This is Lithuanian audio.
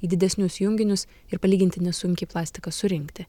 į didesnius junginius ir palyginti nesunkiai plastiką surinkti